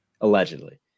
allegedly